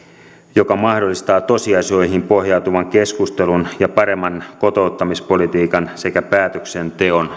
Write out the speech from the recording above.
joka mahdollistaa tosiasioihin pohjautuvan keskustelun ja paremman kotouttamispolitiikan sekä päätöksenteon